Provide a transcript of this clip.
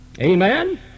Amen